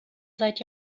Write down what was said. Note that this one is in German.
seit